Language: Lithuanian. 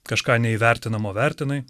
kažką neįvertinamo vertinai